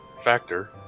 factor